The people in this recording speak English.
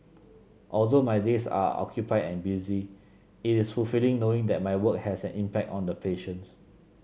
although my days are occupied and busy it is fulfilling knowing that my work has an impact on the patients